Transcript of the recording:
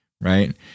right